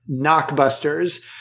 Knockbusters